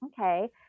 okay